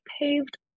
paved